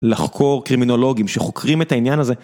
לחקור קרימינולוגים שחוקרים את העניין הזה.